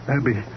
Abby